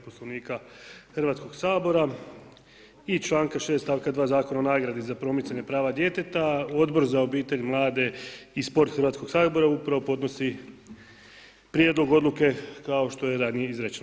Poslovnika Hrvatskog sabora i članka 6. stavka 2. Zakona o nagradi za promicanje prava djeteta, Odbor za obitelj, mlade i sport Hrvatskog sabora upravo podnosi prijedlog odluke kao što je ranije izrečeno.